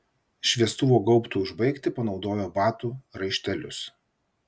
šviestuvo gaubtui užbaigti panaudojo batų raištelius